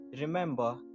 remember